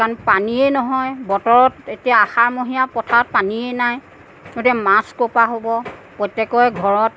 কাৰণ পানীয়ে নহয় বতৰত এতিয়া আহাৰ মহীয়া পথাৰত পানীয়েই নাই এতিয়া মাছ ক'ৰ পৰা হ'ব প্ৰত্যেকৰে ঘৰত